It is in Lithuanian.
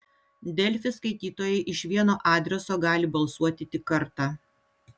delfi skaitytojai iš vieno adreso gali balsuoti tik kartą